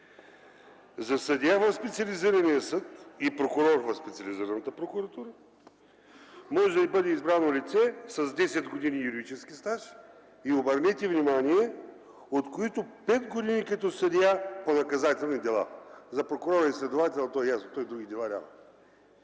За съдия в специализирания съд и прокурор в специализираната прокуратура може да бъде избрано лице с 10 години юридически стаж и, обърнете внимание, от които пет години като съдия по наказателни дела. За прокурор и следовател е ясно – той няма други дела.